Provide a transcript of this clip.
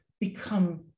become